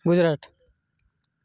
Gujarat